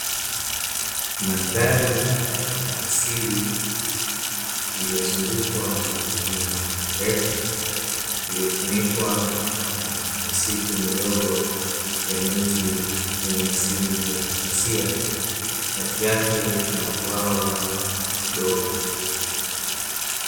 Mandhari ya asili iliyo zungukwa na milima mirefu iliyo funikwa na misitu midogo ya miti yenye asili ya kasia kati yake ina bwawa dogo.